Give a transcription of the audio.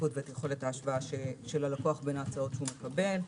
השקיפות ואת יכולת ההשוואה של הלקוח בין ההצעות שהוא מקבל,